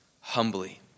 humbly